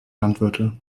landwirte